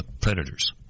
predators